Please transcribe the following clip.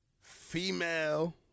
Female